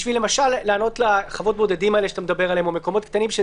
כדי לעלות למשל לחוות בודדים האלה שאתה מדבר עליהן או מקומות קטנים,